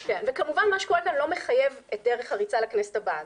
כמובן מה שקורה כאן לא מחייב את דרך הריצה לכנסת הבאה.